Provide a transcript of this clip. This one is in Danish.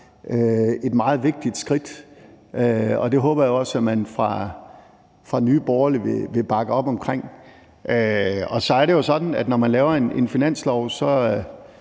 et meget vigtigt skridt. Og det håber jeg også at man fra Nye Borgerlige vil bakke op om. Og så er det jo sådan, når man laver finansloven,